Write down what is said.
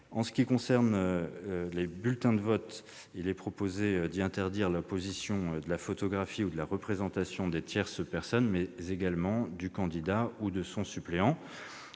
S'agissant des bulletins de vote, il est proposé d'y interdire l'apposition de la photographie ou de la représentation des tierces personnes, mais également du candidat ou de son suppléant.